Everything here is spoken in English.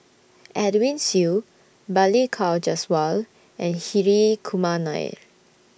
Edwin Siew Balli Kaur Jaswal and Hri Kumar Nair